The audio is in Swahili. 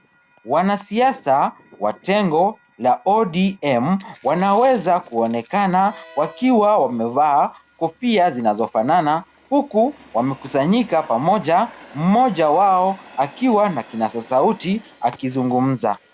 Wanasiasa wa tengo la ODM, wanaweza kuonekana wakiwa wamevaa kofia zinazofanana, huku wamekusanyika pamoja mmoja wao akiwa na kipaza sauti akizungumza.